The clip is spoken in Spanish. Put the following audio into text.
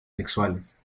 sexuales